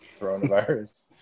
coronavirus